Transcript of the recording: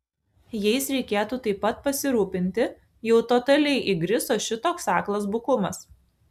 jais reikėtų taip pat pasirūpinti jau totaliai įgriso šitoks aklas bukumas